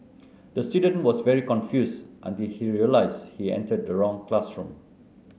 the student was very confused until he realised he entered the wrong classroom